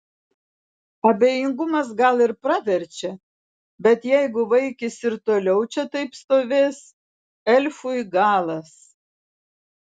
abejingumas gal ir praverčia bet jeigu vaikis ir toliau čia taip stovės elfui galas